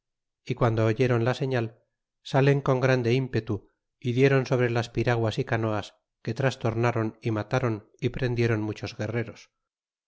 y guando oyeron la señal salen con grande impetu y dieron sobre las piraguas y caneas que trastornaron y matron y prendieron muchos guerreros